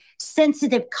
sensitive